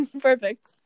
perfect